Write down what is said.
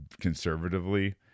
conservatively